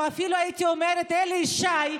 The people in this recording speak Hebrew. או אפילו הייתי אומרת את אלי ישי,